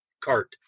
cart